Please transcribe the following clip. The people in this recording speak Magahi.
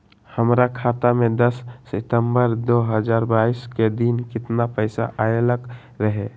हमरा खाता में दस सितंबर दो हजार बाईस के दिन केतना पैसा अयलक रहे?